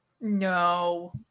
No